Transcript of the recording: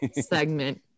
segment